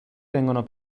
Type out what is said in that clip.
vengono